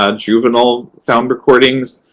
ah juvenile sound recordings,